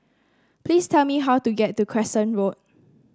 please tell me how to get to Crescent Road